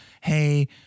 hey